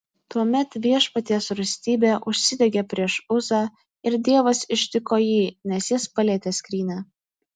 tuomet viešpaties rūstybė užsidegė prieš uzą ir dievas ištiko jį nes jis palietė skrynią